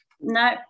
No